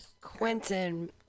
Quentin